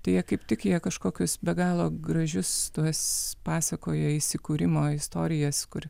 tai jie kaip tik jie kažkokius be galo gražius tuos pasakojo įsikūrimo istorijas kur